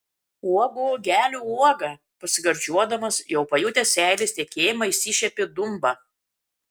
uogų uogelių uoga pasigardžiuodamas jau pajutęs seilės tekėjimą išsišiepė dumba